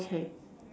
okay